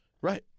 Right